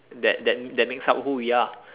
that that that makes up who we are